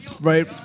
Right